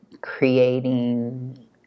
Creating